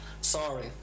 sorry